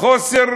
חוסר